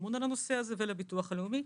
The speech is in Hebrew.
אמון על הנושא הזה ולביטוח הלאומי,